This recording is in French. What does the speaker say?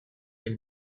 elle